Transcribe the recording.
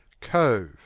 Cove